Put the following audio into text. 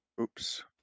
oops